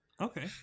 okay